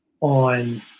on